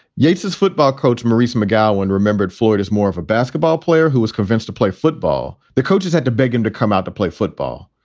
yates's football coach, maurice mcgowan remembered floyd is more of a basketball player who was convinced to play football. the coaches had to beg him to come out to play football.